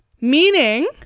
Meaning